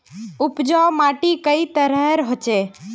उपजाऊ माटी कई तरहेर होचए?